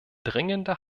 dringender